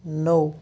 نَو